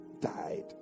died